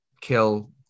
kill